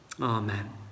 Amen